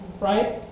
right